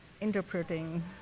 interpreting